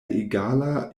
egala